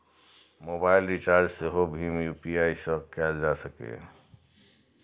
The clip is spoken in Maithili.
मोबाइल रिचार्ज सेहो भीम यू.पी.आई सं कैल जा सकैए